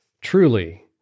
Truly